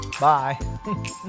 Bye